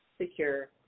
secure